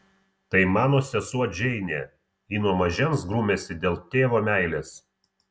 tai mano sesuo džeinė ji nuo mažens grumiasi dėl tėvo meilės